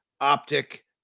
optic